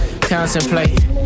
Contemplate